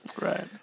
Right